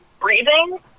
breathing